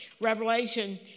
Revelation